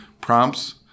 prompts